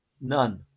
None